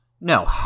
No